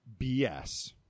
BS